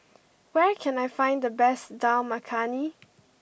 where can I find the best Dal Makhani